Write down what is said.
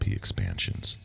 expansions